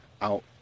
out